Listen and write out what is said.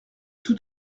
tout